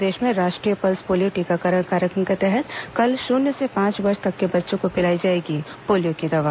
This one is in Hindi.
प्रदेश में राष्ट्रीय पल्स पोलियो टीकाकरण कार्यक्रम के तहत कल शून्य से पांच वर्ष तक के बच्चों को पिलाई जाएगी पोलियो की दवा